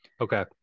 okay